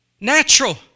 Natural